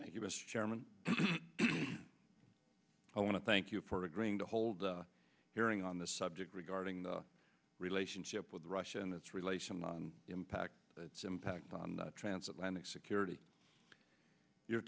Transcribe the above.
thank you mr chairman i want to thank you for agreeing to hold a hearing on this subject regarding the relationship with russia and its relation on impact its impact on the transatlantic security your